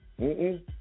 Mm-mm